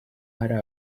hari